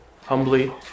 humbly